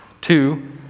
Two